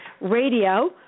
Radio